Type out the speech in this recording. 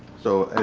so